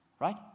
right